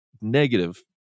negative